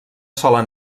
sola